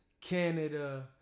Canada